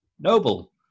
Noble